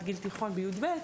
מבחינת גיל תיכון בי״ב,